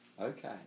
okay